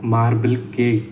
marble cake